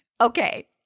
Okay